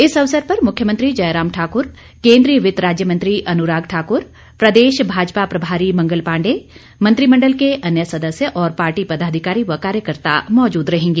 इस अवसर पर मुख्यमंत्री जयराम ठाकुर केन्द्रीय वित्त राज्य मंत्री अनुराग ठाकुर प्रदेश भाजपा प्रभारी मंगल पांडेय मंत्रिमंडल के अन्य सदस्य और पार्टी पदाधिकारी व कार्यकर्ता मौजूद रहेंगे